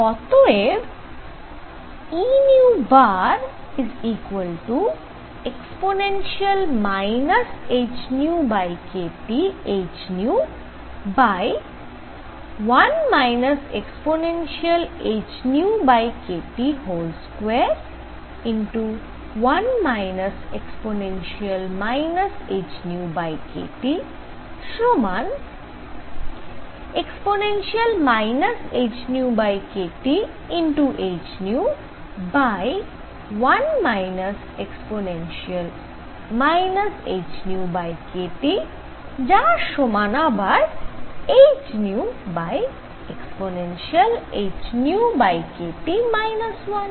অতএব Ee hνkThν 1 e hνkT21 e hνkT সমান e hνkThν 1 e hνkT যার সমান আবার hν ehνkT 1